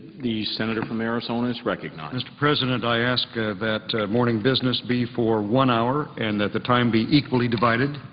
the senator from arizona is recognized. mr. president, i ask ah that morning business be for one hour and that the time be equally divided.